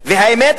האמת,